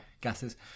gases